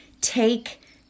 take